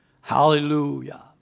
Hallelujah